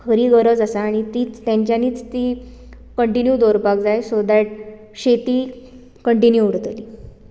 खरी गरज आसा आनी तीच तांच्यानीच ती कंटीन्यू दवरपाक जाय सो देट शेती कंटीन्यू उरतली